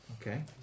Okay